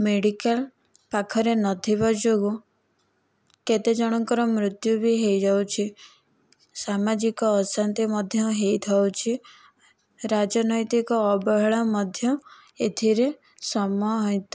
medical ପାଖରେ ନଥିବା ଯୋଗୁଁ କେତେଜଣଙ୍କର ମୃତ୍ୟୁ ବି ହୋଇଯାଉଛି ସାମାଜିକ ଅଶାନ୍ତି ମଧ୍ୟ ହୋଇ ଥାଉଛି ରାଜନୈତିକ ଅବହେଳା ମଧ୍ୟ ଏଥିରେ ସମାହିତ